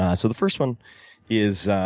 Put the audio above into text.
ah so the first one is